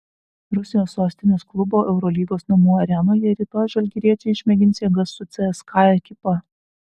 rusijos sostinės klubo eurolygos namų arenoje rytoj žalgiriečiai išmėgins jėgas su cska ekipa